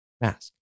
mask